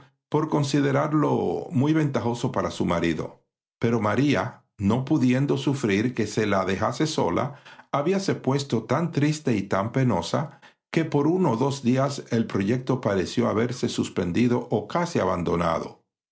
por considerarlo muy ventajoso para su marido pero maría no pudiendo sufrir que se la dejase sola habíase puesto tan triste y tan penosa que por uno o dos días el proyecto pareció haberse suspendido o casi abandonado